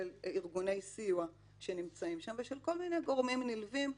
של ארגוני סיוע שנמצאים שם ושל כל מיני גורמים נלווים.